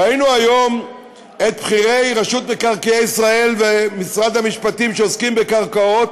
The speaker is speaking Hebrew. ראינו היום את בכירי רשות מקרקעי ישראל ומשרד המשפטים שעוסקים בקרקעות